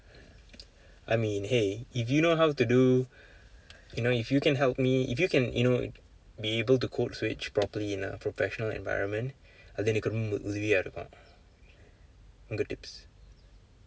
I mean !hey! if you know how to do you know if you can help me if you can you know be able to code switch properly in a professional environment அது எனக்கு ரொம்ப உதவியா இருக்கும்:athu enakku rompa uthaviyaa irukkum good tips